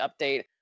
update